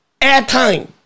airtime